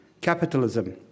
capitalism